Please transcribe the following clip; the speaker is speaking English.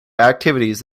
activities